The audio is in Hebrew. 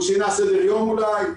הוא שינה סדר יום אולי,